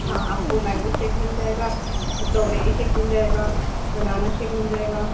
ہاں آپ کو مینگو شیک مل جائے گا اسٹرابیری شیک مل جائے گا بنانا شیک مل جائے گا